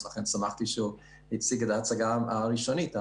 ואז לכן שמחתי שהוא הציג את הצגה הראשונית.